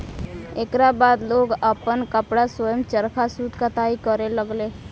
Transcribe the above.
एकरा बाद लोग आपन कपड़ा स्वयं चरखा सूत कताई करे लगले